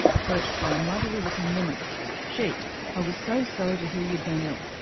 approached by a motherly-looking woman she i was so sorry to hear you had been ill.